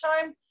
time